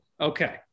Okay